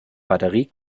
batterie